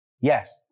Yes